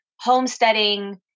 homesteading